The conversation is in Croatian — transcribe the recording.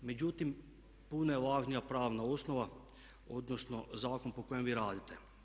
Međutim, puno je važnija pravna osnova odnosno zakon po kojem vi radite.